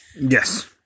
Yes